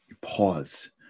pause